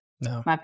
No